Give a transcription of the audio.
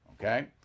Okay